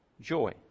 joy